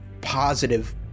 positive